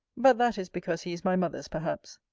but that is because he is my mother's perhaps.